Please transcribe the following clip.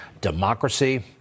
Democracy